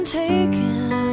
taken